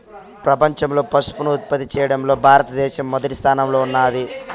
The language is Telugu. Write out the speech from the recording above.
ప్రపంచంలో పసుపును ఉత్పత్తి చేయడంలో భారత దేశం మొదటి స్థానంలో ఉన్నాది